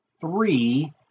Three